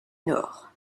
nord